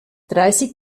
dreißig